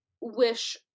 wish